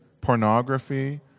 pornography